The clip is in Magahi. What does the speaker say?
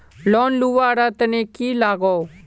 लोन लुवा र तने की लगाव?